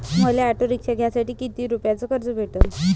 मले auto rickshaw घ्यासाठी कितीक रुपयाच कर्ज भेटनं?